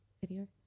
video